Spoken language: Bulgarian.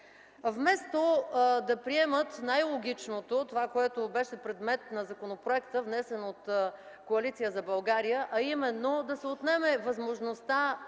Вместо да приемат най-логичното – това, което беше предмет на законопроекта, внесен от Коалиция за България, а именно да се отнеме възможността